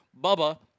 Bubba